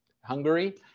Hungary